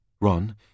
Ron